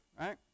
right